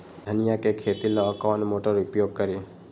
धनिया के खेती ला कौन मोटर उपयोग करी?